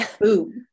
boom